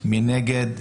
מי נגד.